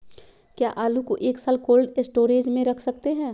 क्या आलू को एक साल कोल्ड स्टोरेज में रख सकते हैं?